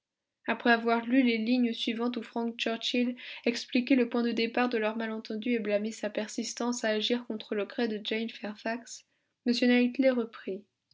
après avoir lu les lignes suivantes où frank churchill expliquait le point de départ de leurs malentendus et blâmait sa persistance à agir contre le gré de jane fairfax